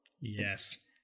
Yes